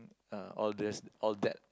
uh all this all that